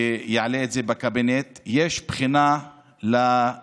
שיעלה את זה בקבינט: יש בחינה לרפואה